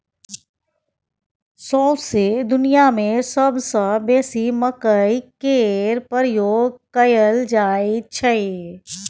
सौंसे दुनियाँ मे सबसँ बेसी मकइ केर प्रयोग कयल जाइ छै